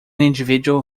individual